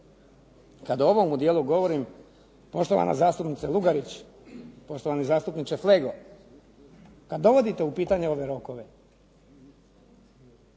kada o ovomu dijelu govorim, poštovana zastupnice Lugarić, poštovani zastupniče Flego, kada dovodite u pitanje ove rokove,